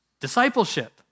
Discipleship